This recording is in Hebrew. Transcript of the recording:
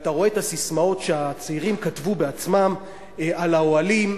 ואתה רואה את הססמאות שהצעירים כתבו בעצמם על האוהלים: